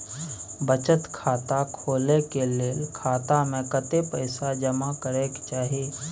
बचत खाता खोले के लेल खाता में कतेक पैसा जमा करे के चाही?